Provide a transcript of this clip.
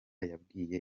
yabwiye